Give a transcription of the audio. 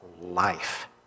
life